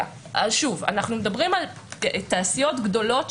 אנחנו מדברים על תעשיות גדולות,